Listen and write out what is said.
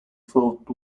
filled